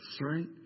right